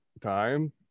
time